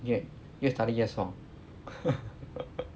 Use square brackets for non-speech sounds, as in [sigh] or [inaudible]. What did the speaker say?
越越 study 越爽 [laughs]